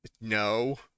no